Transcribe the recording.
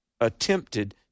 attempted